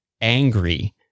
angry